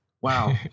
Wow